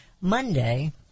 Monday